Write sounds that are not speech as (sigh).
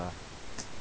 ah (noise)